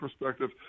perspective